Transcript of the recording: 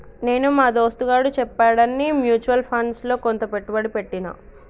నేను మా దోస్తుగాడు చెప్పాడని మ్యూచువల్ ఫండ్స్ లో కొంత పెట్టుబడి పెట్టిన